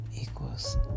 equals